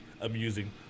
amusing